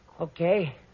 Okay